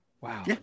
wow